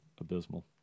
abysmal